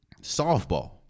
softball